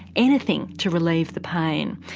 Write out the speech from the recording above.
anything to relieve the pain.